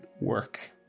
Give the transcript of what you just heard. work